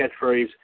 catchphrase